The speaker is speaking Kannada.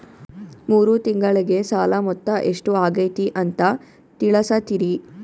ಮೂರು ತಿಂಗಳಗೆ ಸಾಲ ಮೊತ್ತ ಎಷ್ಟು ಆಗೈತಿ ಅಂತ ತಿಳಸತಿರಿ?